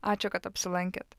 ačiū kad apsilankėt